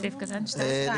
סעיף קטן (ב)(2).